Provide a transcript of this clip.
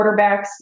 quarterbacks